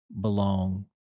belong